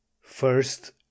First